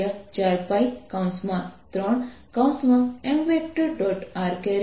હું એ પણ જાણું છું કે B 0H M છે